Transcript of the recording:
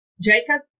Jacob